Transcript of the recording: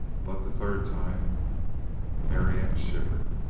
but the third time marianne shivered.